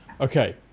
Okay